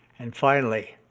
and, finally,